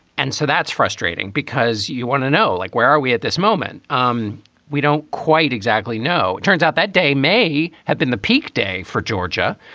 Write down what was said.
and so that's frustrating because you want to know, like, where are we at this moment? um we don't quite exactly know. it turns out that day may have been the peak day for georgia.